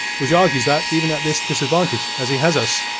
which argues that, even at this disadvantage as he has us,